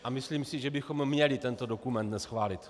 A myslím si, že bychom měli tento dokument neschválit.